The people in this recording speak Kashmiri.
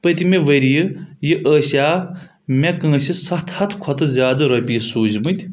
پٔتمہِ ؤرۍ یہِ ٲسیا مےٚ کٲنٛسہِ ستھ ہَتھ کھۄتہٕ زِیٛادٕ رۄپیہِ سوٗزۍ مٕتۍ